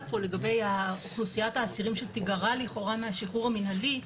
פה לגבי אוכלוסיית האסירים שתיגרע לכאורה מהשחרור המינהלי,